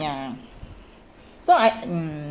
ya so I mm